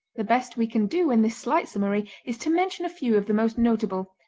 the best we can do in this slight summary is to mention a few of the most notable,